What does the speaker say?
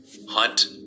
Hunt